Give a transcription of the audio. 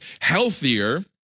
healthier